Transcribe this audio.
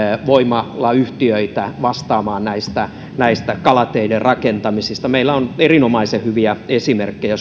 voimalayhtiöi tä vastaamaan näiden kalateiden rakentamisista meillä on suomessa lukuisia erinomaisen hyviä esimerkkejä